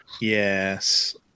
Yes